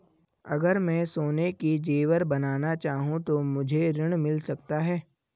अगर मैं सोने के ज़ेवर बनाना चाहूं तो मुझे ऋण मिल सकता है?